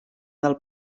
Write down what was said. del